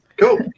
Cool